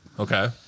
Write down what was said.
Okay